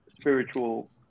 spiritual